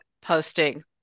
posting